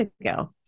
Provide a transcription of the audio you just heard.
ago